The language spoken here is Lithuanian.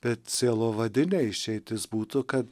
bet sielovadinė išeitis būtų kad